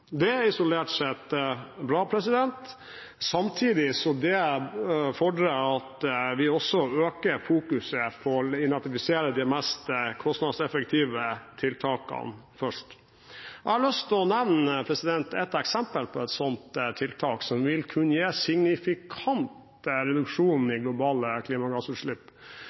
Det er isolert sett bra, samtidig som det fordrer at vi også øker fokuset på å identifisere de mest kostnadseffektive tiltakene først. Jeg har lyst til å nevne et eksempel på et slikt tiltak som vil kunne gi signifikant reduksjon i globale klimagassutslipp.